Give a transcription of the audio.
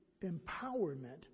empowerment